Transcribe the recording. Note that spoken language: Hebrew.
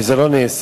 וזה לא נעשה,